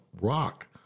rock